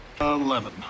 Eleven